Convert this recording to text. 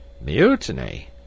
Mutiny